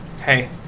hey